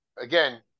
again